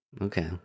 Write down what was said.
okay